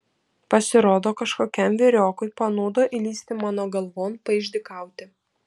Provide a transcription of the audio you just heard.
pasirodo kažkokiam vyriokui panūdo įlįsti mano galvon paišdykauti